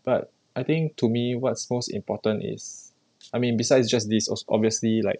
but I think to me what's most important is I mean besides just this obviously like